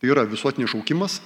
yra visuotinis šaukimas